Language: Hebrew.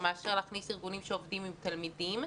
מאשר להכניס ארגונים שעובדים עם תלמידים.